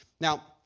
Now